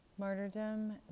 Martyrdom